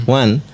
one